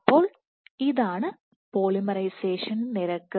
അപ്പോൾ ഇതാണ് പോളിമറൈസേഷൻ നിരക്ക്